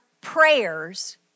prayers